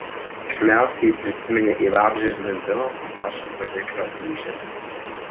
pirmiausia ji prisiminė į vabzdžio zvimbimą panašų variklio ūžesį